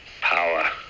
Power